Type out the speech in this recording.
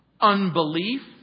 unbelief